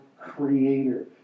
Creator